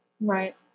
Right